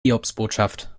hiobsbotschaft